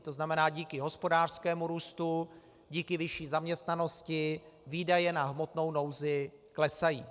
To znamená, díky hospodářskému růstu, díky vyšší zaměstnanosti výdaje na hmotnou nouzi klesají.